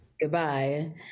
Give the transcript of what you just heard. Goodbye